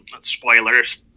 spoilers